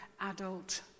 adult